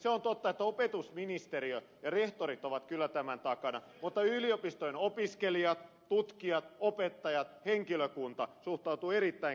se on totta että opetusministeriö ja rehtorit ovat kyllä tämän takana mutta yliopistojen opiskelijat tutkijat opettajat muu henkilökunta suhtautuvat tähän erittäin kriittisesti